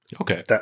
Okay